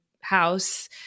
house